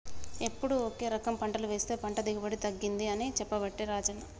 ఎప్పుడు ఒకే రకం పంటలు వేస్తె పంట దిగుబడి తగ్గింది అని చెప్పబట్టే రాజన్న